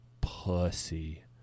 pussy